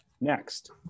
Next